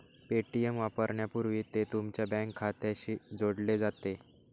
Paytm वापरण्यापूर्वी ते तुमच्या बँक खात्याशी जोडले जाते